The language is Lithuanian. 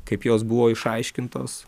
kaip jos buvo išaiškintos